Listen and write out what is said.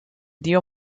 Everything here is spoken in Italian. dio